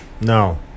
No